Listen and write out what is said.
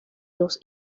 dos